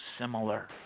similar